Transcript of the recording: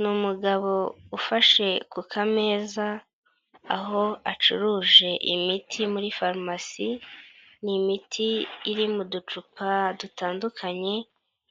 Ni umugabo ufashe kukameza, aho acuruje imiti muri farumasi, ni imiti iri mu ducupa dutandukanye,